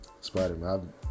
Spider-Man